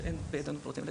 שאין בידינו פרטים לגביה.